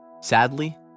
Sadly